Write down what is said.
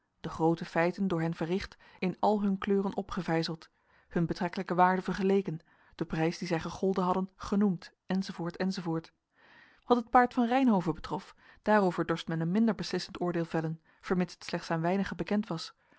de groote feiten door hen verricht in ai hun kleuren opgevijzeld hun betrekkelijke waarde vergeleken de prijs dien zij gegolden hadden genoemd enz enz wat het paard van reynhove betrof daarover dorst men een minder beslissend oordeel vellen vermits het slechts aan weinigen bekend was